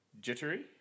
jittery